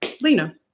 Lena